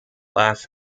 laugh